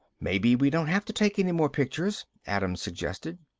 maybe we won't have to take any more pictures, adams suggested.